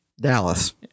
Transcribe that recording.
Dallas